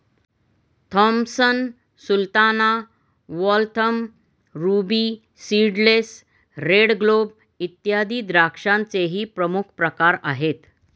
Thompson sultana, Waltham, ruby seedless, red globe, इत्यादी द्राक्षांचेही प्रमुख प्रकार आहेत